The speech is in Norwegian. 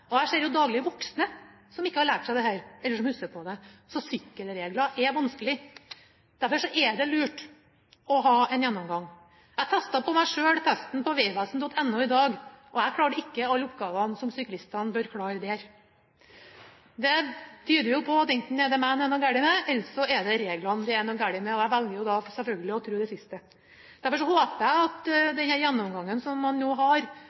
Jeg ser daglig voksne som ikke har lært seg dette – eller som ikke husker på det. Så sykkelregler er vanskelig. Derfor er det lurt å ha en gjennomgang. Jeg testet meg selv i testen på vegvesen.no i dag – og jeg klarte ikke alle oppgavene som en syklist bør klare. Det tyder på at enten er det meg det er noe galt med, eller så er det reglene det er noe galt med – og jeg velger da selvfølgelig å tro det siste. Derfor håper jeg at denne gjennomgangen som man nå har,